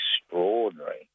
extraordinary